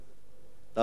להסיר מסדר-היום.